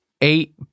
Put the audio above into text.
eight